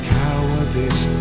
cowardice